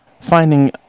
finding